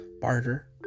barter